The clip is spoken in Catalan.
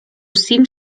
cim